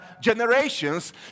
generations